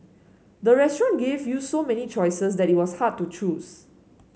the restaurant gave you so many choices that it was hard to choose